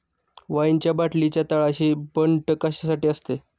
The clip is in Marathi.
वाईनच्या बाटलीच्या तळाशी बंट कशासाठी असते?